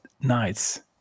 nights